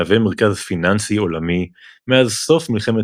מהווה מרכז פיננסי עולמי מאז סוף מלחמת